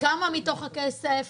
כמה מתוך הכסף